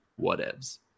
whatevs